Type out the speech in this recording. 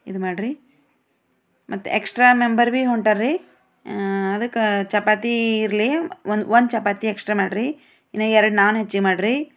ಇದು ಮಾಡಿ ರಿ ಮತ್ತೆ ಎಕ್ಸ್ಟ್ರಾ ಮೆಂಬರ್ ಭೀ ಹೊಂಟಾರ ರಿ ಅದಕ್ಕೆ ಚಪಾತಿ ಇರಲಿ ಒಂದು ಒಂದು ಚಪಾತಿ ಎಕ್ಸ್ಟ್ರಾ ಮಾಡಿ ರಿ ಇನ್ನೂ ಎರಡು ನಾನ್ ಹೆಚ್ಚಿಗೆ ಮಾಡಿ ರಿ